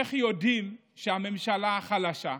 איך יודעים שהממשלה חלשה?